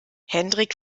hendrik